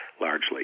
largely